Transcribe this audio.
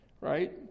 right